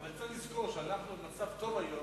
אבל צריך לזכור שאנחנו במצב טוב היום,